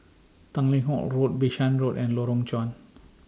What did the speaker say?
Tanglin Halt Road Bishan Road and Lorong Chuan